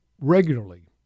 regularly